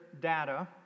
data